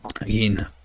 again